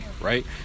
right